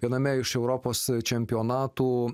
viename iš europos čempionatų